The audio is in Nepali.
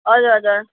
हजुर हजुर